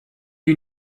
you